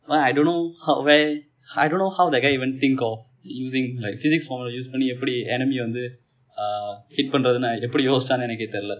!wah! I don't know ho~ whe~ ho~ I don't know how that guy even think of using like physics formula use பன்னி எப்படி:panni eppadi enemy வந்து :vanthu eh hit பன்னுவது என்று எப்படி யோசித்தான் எனக்கே தெரியவில்லை:pannuvathu endru eppadi yosithaan enake theriyavillai